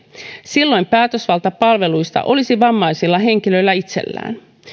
silloin päätösvalta palveluista olisi vammaisilla henkilöillä itsellään